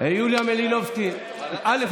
יוליה מלינובסקי, א.